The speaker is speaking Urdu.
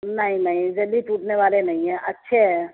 نہیں نہیں جلدی ٹوٹنے والے نہیں ہیں اچھے ہیں